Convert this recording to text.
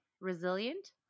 Resilient